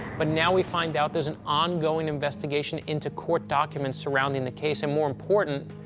but now we find out there's an ongoing investigation into court documents surrounding the case. and more important,